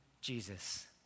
Jesus